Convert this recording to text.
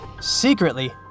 Secretly